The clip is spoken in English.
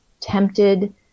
tempted